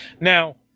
now